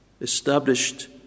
established